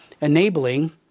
enabling